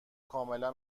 کاملا